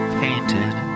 painted